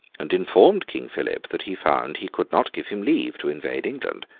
and informed king philip that he found he could not give him leave to invade england.